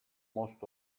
most